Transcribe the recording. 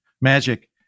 Magic